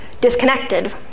disconnected